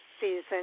season